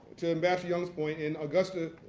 to ambassador young's point, in augusta,